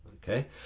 Okay